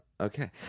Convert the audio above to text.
Okay